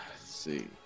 see